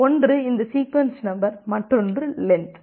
ஒன்று இந்த sequence number மற்றொன்று லென்த்